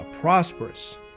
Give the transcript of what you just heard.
prosperous